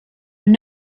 were